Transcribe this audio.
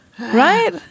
Right